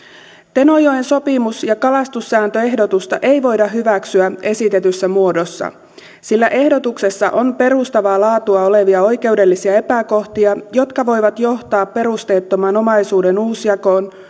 tenojoen sopimus ja kalastussääntöehdotusta ei voida hyväksyä esitetyssä muodossa sillä ehdotuksessa on perustavaa laatua olevia oikeudellisia epäkohtia jotka voivat johtaa perusteettomaan omaisuuden uusjakoon